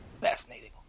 Fascinating